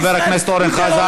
חבר הכנסת אורן חזן.